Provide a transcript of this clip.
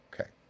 Okay